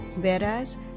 Whereas